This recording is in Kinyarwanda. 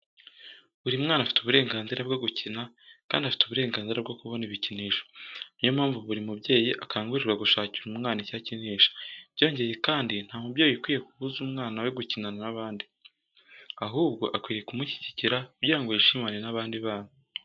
Buri mwana afite uburenganzira bwo gukina, kandi afite uburenganzira bwo kubona ibikinisho. Ni yo mpamvu buri mubyeyi akangurirwa gushakira umwana icyo akinisha. Byongeye kandi, nta mubyeyi ukwiriye kubuza umwana we gukina n'abandi, ahubwo akwiriye kumushyigikira kugira ngo yishimane n'abandi bana.